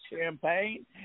champagne